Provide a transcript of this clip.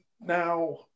Now